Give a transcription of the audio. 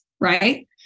right